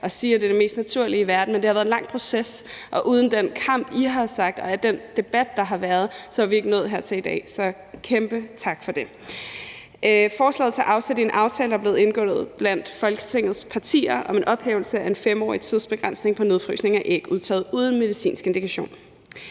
og sige, at det er det mest naturlige i verden. Men det har været en lang proces, og uden den kamp, I har taget, og den debat, der har været, var vi ikke nået hertil i dag. Så kæmpe tak for det. Forslaget tager afsæt i en aftale, der er blevet indgået blandt Folketingets partier, om en ophævelse af en 5-årig tidsbegrænsning på nedfrysning af æg udtaget uden medicinsk indikation.